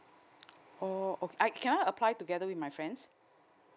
oh can I apply together with my friends